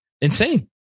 Insane